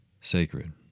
Sacred